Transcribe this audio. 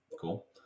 Cool